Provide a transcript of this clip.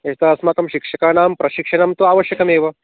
यत् अस्माकं शिक्षकाणां प्रशिक्षणं तु आवश्यकमेव